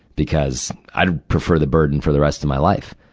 because i'd prefer the burden for the rest of my life.